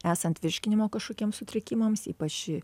esant virškinimo kažkokiems sutrikimams ypač